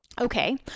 Okay